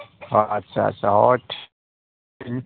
ᱟᱪᱪᱷᱟ ᱟᱪᱪᱷᱟ ᱴᱷᱤᱠ